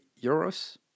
euros